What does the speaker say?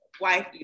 wife